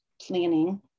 planning